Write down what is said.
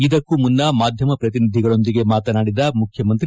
ಇದಕ್ಕೂ ಮುನ್ನಾ ಮಾಧ್ಯಮ ಪ್ರತಿನಿಧಿಗಳೊಂದಿಗೆ ಮಾತನಾಡಿದ ಮುಖ್ಯಮಂತ್ರಿ